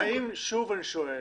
שוב אני שואל.